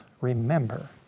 remember